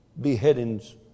beheadings